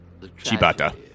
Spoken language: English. Chibata